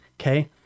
okay